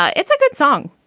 it's a good song.